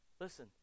Listen